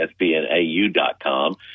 ESPNAU.com